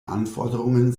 anforderungen